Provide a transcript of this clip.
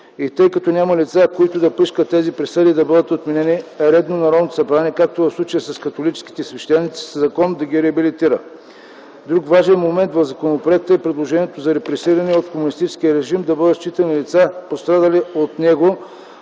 И тъй като няма лица, които да поискат тези присъди да бъдат отменени, е редно Народното събрание, както в случая с католическите свещеници, със закон да ги реабилитира. Друг важен момент в законопроекта е предложението за репресирани от комунистическия режим да бъдат считани лицата, пострадали от него